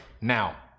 Now